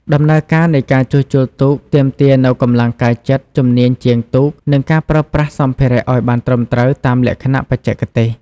ដំណើរការនៃការជួសជុលទូកទាមទារនូវកម្លាំងកាយចិត្ត ជំនាញជាងទូក និងការប្រើប្រាស់សម្ភារៈឲ្យបានត្រឹមត្រូវតាមលក្ខណៈបច្ចេកទេស។